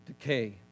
decay